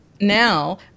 now